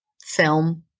film